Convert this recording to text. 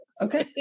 Okay